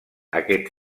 aquest